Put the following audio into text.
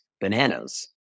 bananas